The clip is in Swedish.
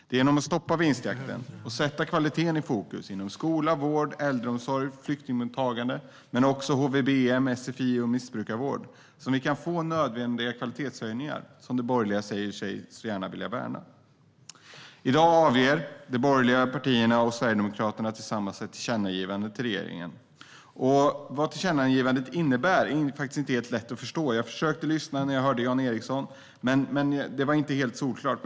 Det är genom att stoppa vinstjakten och sätta kvaliteten i fokus inom skola, vård, äldreomsorg, flyktingmottagande, men också i fråga om HVB-hem, sfi och missbruksvård, som vi kan få den nödvändiga kvalitetshöjning som de borgerliga säger sig värna. I dag avger de borgerliga partierna och Sverigedemokraterna tillsammans ett tillkännagivande till regeringen. Vad tillkännagivandet innebär är inte helt lätt att förstå. Jag försökte lyssna på Jan Ericson, men det var inte helt solklart.